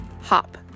hop